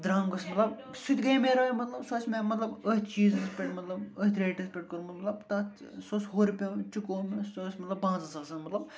درنٛگ اوس مطلب سُہ تہِ گٔیے مےٚ راے مطلب سُہ آسہِ مےٚ مطلب ٲتھۍ چیٖزس پٮ۪ٹھ مطلب ٲتھۍ ریٹس پٮ۪ٹھ کوٚرمُت مطلب تَتھ سُہ اوس ہورٕ پٮ۪وان چُکو سُہ ٲس مطلب پانٛژن ساسَن مطلب